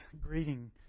greeting